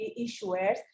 issuers